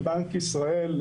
בבנק ישראל,